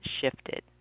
shifted